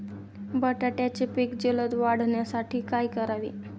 बटाट्याचे पीक जलद वाढवण्यासाठी काय करावे?